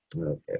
okay